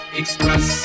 express